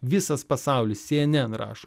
visas pasaulis cnn rašo